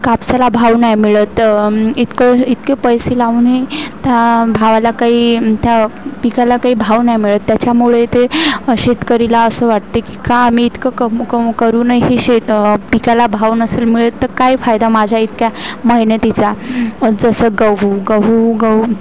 कापसाला भाव नाही मिळत इतकं इतके पैसे लावूनही त्या भावाला काही त्या पिकाला काही भाव नाही मिळत त्याच्यामुळे ते शेतकऱ्याला असं वाटते की का आम्ही इतकं कमू कमू करूनही शेत पिकाला भाव नसेल मिळत तर काय फायदा माझ्या इतक्या मेहनतीचा जसं गहू गहू गहू